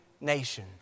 nation